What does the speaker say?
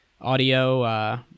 audio